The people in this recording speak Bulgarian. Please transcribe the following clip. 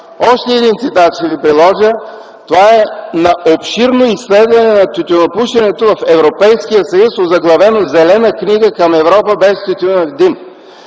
Още един цитат ще Ви предложа – на обширно изследване на тютюнопушенето в Европейския съюз, озаглавено „Зелена книга към Европа без тютюнев дим”.